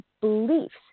beliefs